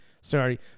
sorry